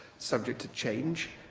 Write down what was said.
subject to change,